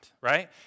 right